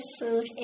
food